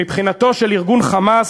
מבחינתו של ארגון ה"חמאס"